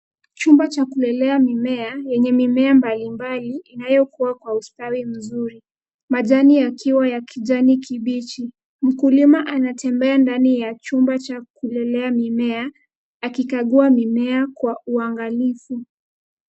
Chumba cha kulelea mimea yenye mimea mbai mbali inayokua kwa ustawi mzuri, majani yakiwa ya kijani kibichi. Mkulima anatembea ndani ya chumba cha kulelea mimea akikagua mimea kwa uangalifu.